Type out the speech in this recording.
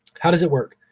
how does it work.